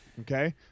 okay